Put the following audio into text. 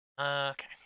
Okay